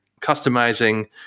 customizing